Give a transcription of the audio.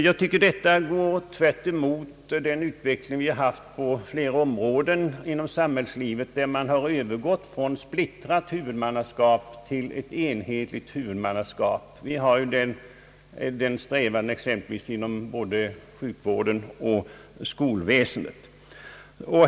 Jag tycker att detta går tvärtemot den utveckling som vi haft på ett flertal områden av samhällslivet, där man har övergått från splittrat huvudmannaskap till ett mer enhetligt. En sådan strävan har vi inom både sjukvården och skolväsendet.